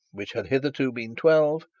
which had hitherto been twelve,